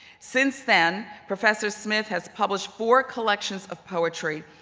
since then, professor smith has published four collections of poetry,